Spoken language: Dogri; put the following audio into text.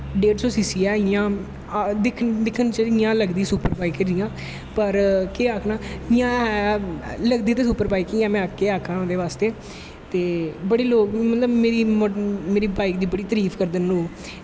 डेड़ सौ सी सी ऐ इयां दिक्खन लग्गी सुप्पर बाइक इयां पर केह् आक्खनां इयां है लगदी ते सुप्पर बाईक ई ऐ केह् आक्खनां ओह्दे बास्ते तं बड़े लोग मतलव मेरी बाईक दी बड़ा तारीफ करदे नै लोग